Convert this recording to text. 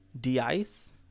de-ice